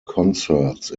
concerts